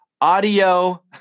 audio